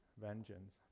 vengeance